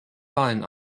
wahlen